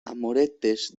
amoretes